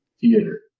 theater